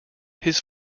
his